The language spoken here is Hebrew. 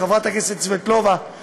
חברת הכנסת סבטלובה,